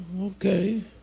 okay